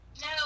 No